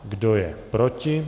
Kdo je proti?